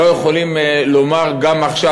לא יכולים לומר גם עכשיו,